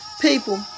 People